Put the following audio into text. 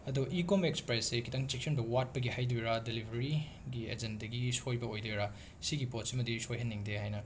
ꯑꯗꯣ Ecom ꯑꯦꯛꯁꯄ꯭ꯔꯦꯁꯁꯦ ꯈꯤꯇꯪ ꯆꯦꯛꯁꯤꯟꯕ ꯋꯥꯠꯄꯒꯤ ꯍꯥꯏꯗꯣꯏꯔꯥ ꯗꯦꯂꯤꯕꯔꯤꯒꯤ ꯑꯦꯖꯦꯟꯗꯒꯤ ꯁꯣꯏꯕ ꯑꯣꯏꯗꯣꯏꯔꯥ ꯁꯤꯒꯤ ꯄꯣꯠꯁꯤꯃꯗꯤ ꯁꯣꯏꯍꯟꯅꯤꯡꯗꯦ ꯍꯥꯏꯅ